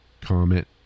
comment